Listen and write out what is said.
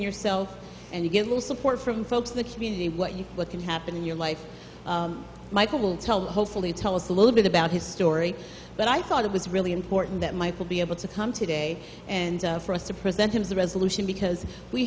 yourself and you get a little support from folks the community what you what can happen in your life michael will tell hopefully tell us a little bit about his story but i thought it was really important that michael be able to come today and for us to present him as the resolution because we